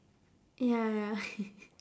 ya ya